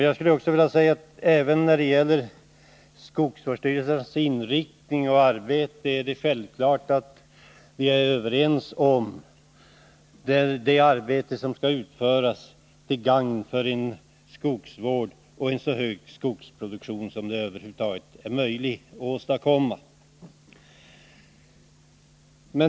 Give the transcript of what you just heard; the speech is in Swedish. Jag skulle också vilja säga att även när det gäller skogsvårdsstyrelsernas inriktning och arbete är det självklart att vi är överens om det arbete som skall utföras till gagn för skogsvården och för en så hög skogsproduktion som vi kan åstadkomma.